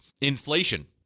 inflation